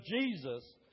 Jesus